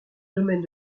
domaine